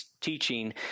teaching